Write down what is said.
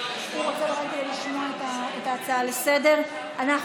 רוצה לרדת לשמוע את ההצעה לסדר-היום.